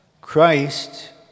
Christ